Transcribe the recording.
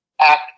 act